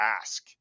ask